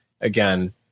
Again